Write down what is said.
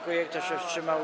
Kto się wstrzymał?